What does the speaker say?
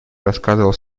рассказывал